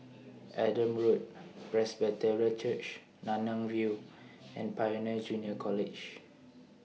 Adam Road Presbyterian Church Nanyang View and Pioneer Junior College